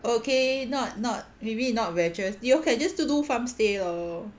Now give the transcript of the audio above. okay not not maybe not you can just to do farm stay lor